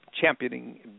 championing